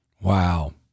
Wow